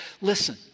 Listen